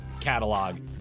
catalog